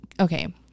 okay